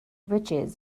riches